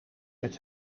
met